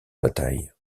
bataille